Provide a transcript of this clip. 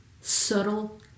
subtle